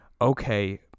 okay